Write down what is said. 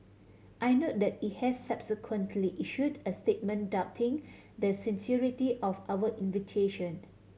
I note that it has subsequently issued a statement doubting the sincerity of our invitation